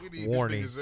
Warning